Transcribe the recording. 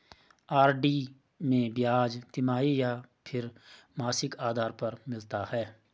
RD में ब्याज तिमाही या फिर मासिक आधार पर मिलता है?